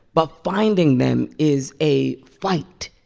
but finding them is a fight.